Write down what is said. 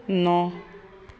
ਨੌਂ